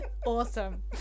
Awesome